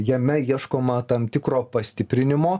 jame ieškoma tam tikro pastiprinimo